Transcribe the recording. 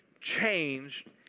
changed